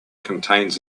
contains